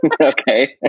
Okay